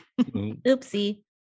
oopsie